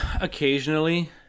Occasionally